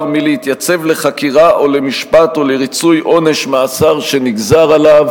מלהתייצב לחקירה או למשפט או לריצוי עונש מאסר שנגזר עליו